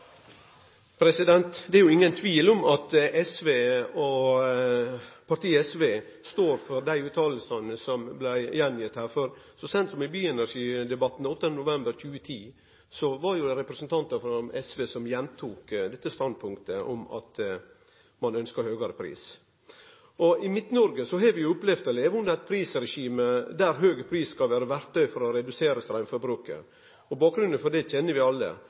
seint som i bioenergidebatten 8. november 2010, under Bioenergidagene, var det representantar frå SV som gjentok dette standpunktet om at ein ønskte høgare pris. I Midt-Noreg har vi opplevd å leve under eit prisregime der høg pris skal vere eit verktøy for å redusere straumforbruket. Bakgrunnen for det kjenner vi alle.